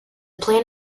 plan